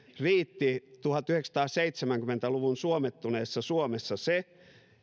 riitti tuhatyhdeksänsataaseitsemänkymmentä luvun suomettuneessa suomessa se